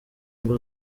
ngo